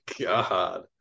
God